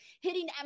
hitting